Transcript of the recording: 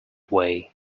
way